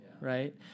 right